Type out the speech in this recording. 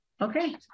Okay